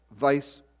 vice